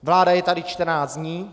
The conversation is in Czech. Vláda je tady čtrnáct dní.